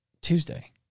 Tuesday